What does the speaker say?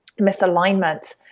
misalignment